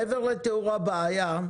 מעבר לתיאור הבעיה,